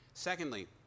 Secondly